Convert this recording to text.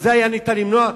את זה היה אפשר למנוע,